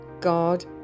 God